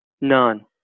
none